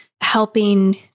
helping